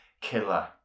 killer